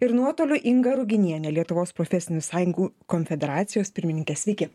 ir nuotoliu inga ruginienė lietuvos profesinių sąjungų konfederacijos pirmininkė sveiki